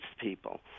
people